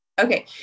Okay